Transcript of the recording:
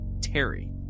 Terry